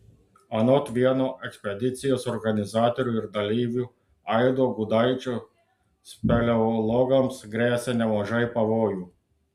anot vieno ekspedicijos organizatorių ir dalyvių aido gudaičio speleologams gresia nemažai pavojų